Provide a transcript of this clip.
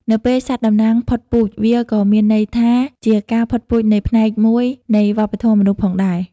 នៅពេលសត្វតំណាងផុតពូជ វាក៏មានន័យថាជាការផុតពូជនៃផ្នែកមួយនៃវប្បធម៌មនុស្សផងដែរ។